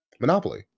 monopoly